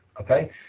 okay